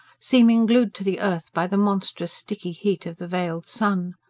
seeming glued to the earth by the monstrous sticky heat of the veiled sun.